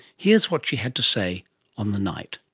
here's what she had to say on the night.